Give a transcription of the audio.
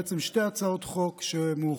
בעצם שתי הצעות חוק שמאוחדות.